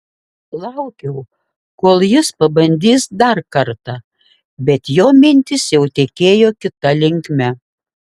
laukiau kol jis pabandys dar kartą bet jo mintys jau tekėjo kita linkme